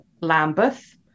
Lambeth